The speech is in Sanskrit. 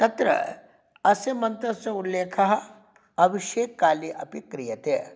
तत्र अस्य मन्त्रस्य उल्लेखः अभिषेककाले अपि क्रियते